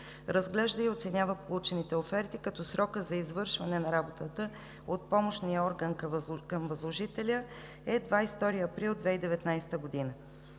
разглежда и оценява получените оферти, като срокът за извършване на работата от помощния орган към възложителя е 22 април 2019 г.